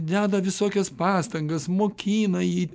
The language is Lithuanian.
deda visokias pastangas mokina jį